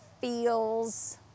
feels